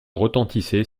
retentissaient